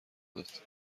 داد